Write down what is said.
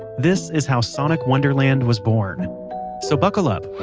this is how sonic wonderland was born so buckle up,